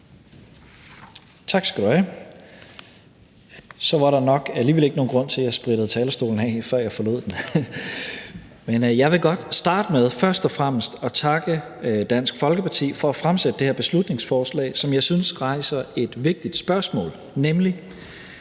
Tak skal du have. Så var der nok alligevel ikke nogen grund til, at jeg sprittede talerstolen af, før jeg forlod den. Men jeg vil godt starte med først og fremmest at takke Dansk Folkeparti for at fremsætte det her beslutningsforslag, som jeg synes rejser et vigtigt spørgsmål, nemlig